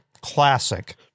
classic